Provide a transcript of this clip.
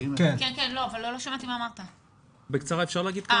בקצרה אפשר להגיד כמה מילים?